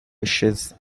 wishes